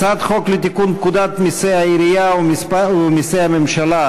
הצעת חוק לתיקון פקודת מסי העירייה ומסי הממשלה